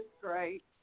great